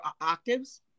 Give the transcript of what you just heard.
octaves